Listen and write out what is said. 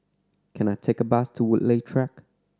can I take a bus to Woodleigh Track